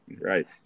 Right